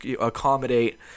accommodate